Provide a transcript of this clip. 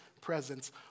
presence